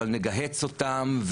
אבל נגהץ אותן,